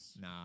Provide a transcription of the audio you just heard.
Nah